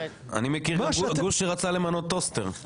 אני מכיר גוש שרצה למנות טוסטר.